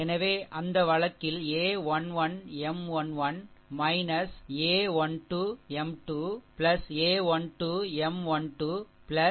எனவே அந்த வழக்கில் a1 1 M 1 1 a 1 2 M 2 a 1 2 M 1 2 dot dot dot 1 பின்னர் a1n M 1n சரி